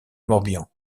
morbihan